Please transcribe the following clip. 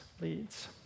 leads